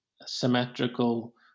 symmetrical